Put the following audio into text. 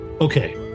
Okay